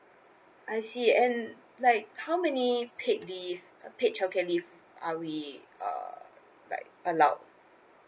I see and like how many paid leave paid childcare leave are we uh like allowed